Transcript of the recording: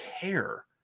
care